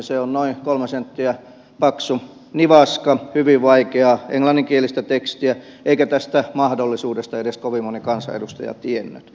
se on noin kolme senttiä paksu nivaska hyvin vaikeaa englanninkielistä tekstiä eikä tästä mahdollisuudesta edes kovin moni kansanedustaja tiennyt